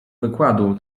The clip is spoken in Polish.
wykładu